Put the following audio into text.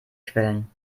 quellen